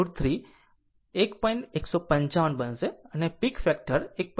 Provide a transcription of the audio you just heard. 155 બનશે અને peak factor 1